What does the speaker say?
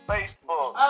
Facebook